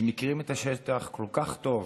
שמכירים את השטח כל כך טוב,